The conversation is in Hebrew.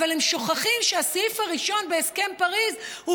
אבל הם שוכחים שהסעיף הראשון בהסכם פריז הוא